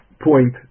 point